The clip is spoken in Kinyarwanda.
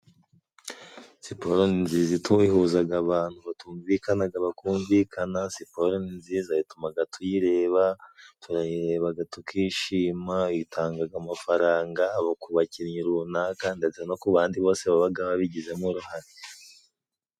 Siporo nziza ihuzaga abantu batumvikanaga bakumvikana, siporo ni nziza itumaga tuyireba, turayirebaga tukishima, itangaga amafaranga ku bakinnyi runaka, ndetse no ku bandi bose babaga babigizemo uruhare.